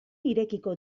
irekiko